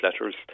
letters